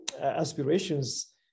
aspirations